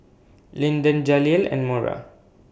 Linden Jaleel and Mora